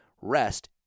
rest